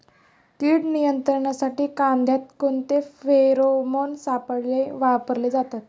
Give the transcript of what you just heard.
कीड नियंत्रणासाठी कांद्यात कोणते फेरोमोन सापळे वापरले जातात?